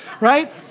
right